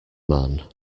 man